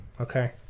Okay